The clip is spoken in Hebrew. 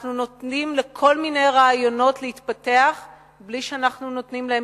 אנחנו נותנים לכל מיני רעיונות להתפתח בלי שאנחנו מגיבים עליהם.